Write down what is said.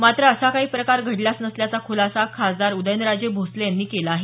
मात्र असा काही प्रकार घडलाच नसल्याचा खुलासा खासदार उदयनराजे भोसले यांनी केला आहे